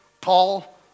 Paul